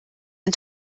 ein